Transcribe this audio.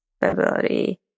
February